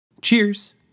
Cheers